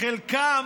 חלקם